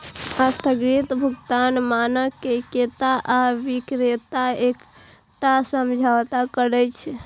स्थगित भुगतान मानक मे क्रेता आ बिक्रेता एकटा समझौता करै छै